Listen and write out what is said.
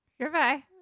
Goodbye